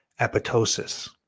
apoptosis